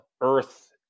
Earth